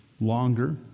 longer